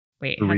Wait